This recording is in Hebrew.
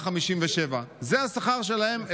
זה השכר שלהם לשעה.